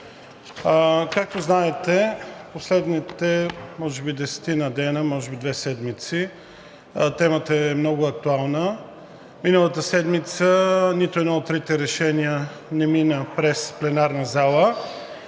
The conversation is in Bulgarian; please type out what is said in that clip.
Както знаете, в последните може би десетина дни, може би две седмици темата е много актуална. Миналата седмица нито едно от трите решения не мина през пленарната зала.